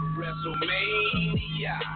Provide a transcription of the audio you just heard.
WrestleMania